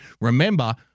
Remember